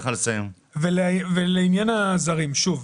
לעניין הזרים, שוב,